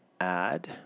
add